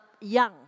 young